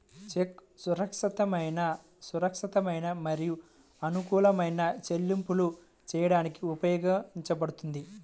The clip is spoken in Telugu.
చెక్కు సురక్షితమైన, సురక్షితమైన మరియు అనుకూలమైన చెల్లింపులు చేయడానికి ఉపయోగించబడుతుంది